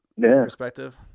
perspective